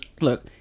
Look